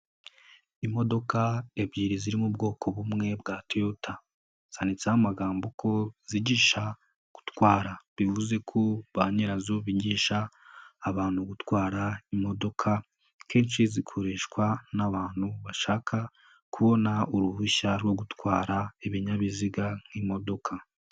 Imodoka ebyiri ziririmo ubwoko bumwe bwa Toyota. Zanditseho amagambo ko zigisha gutwara bivuze ko ba nyirazo bigisha abantu gutwara imodoka. Kenshi zikoreshwa n'abashaka kubona uruhushya rwo gutwara ibinyabiziga nk'imodoka.